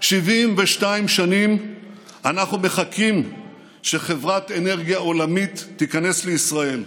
72 שנים אנחנו מחכים שחברת אנרגיה עולמית תיכנס לישראל,